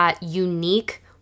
unique